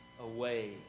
away